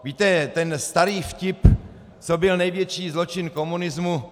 Víte, ten starý vtip: Co byl největší zločin komunismu?